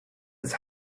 its